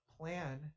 plan